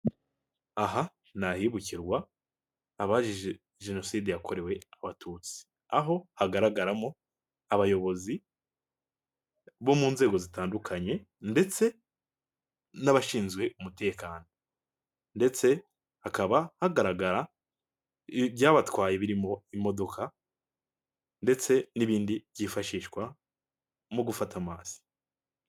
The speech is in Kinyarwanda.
Aha n'ahibukirwa abajije jenoside yakorewe abatutsi, aho hagaragaramo abayobozi bo mu nzego zitandukanye ndetse n'abashinzwe umutekano. Ndetse hakaba hagaragara ibyabatwaye birimo imodoka ndetse n'ibindi byifashishwa mu gufata amazi.